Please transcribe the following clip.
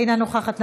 אינה נוכחת,